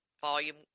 volume